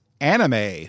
anime